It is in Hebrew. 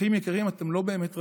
אחים יקרים, אתם לא באמת רעים,